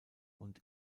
und